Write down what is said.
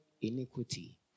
iniquity